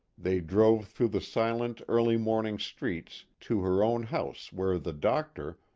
they drove through the silent early-morning streets to her own house where the doctor,